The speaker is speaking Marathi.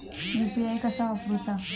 यू.पी.आय कसा वापरूचा?